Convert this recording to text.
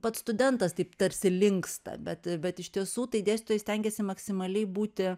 pats studentas taip tarsi linksta bet bet iš tiesų tai dėstytojai stengiasi maksimaliai būti